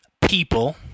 people